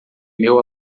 meu